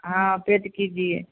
हाँ पेड कीजिए